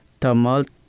tumult